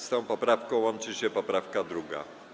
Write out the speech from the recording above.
Z tą poprawką łączy się poprawka 2.